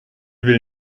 will